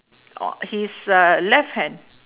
uh his uh left hand